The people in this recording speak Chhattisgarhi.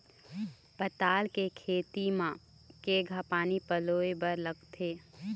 पताल के खेती म केघा पानी पलोए बर लागथे?